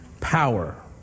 power